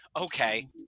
Okay